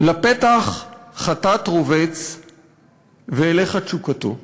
"לפתח חטאת רֹבץ ואליך תשוקתו"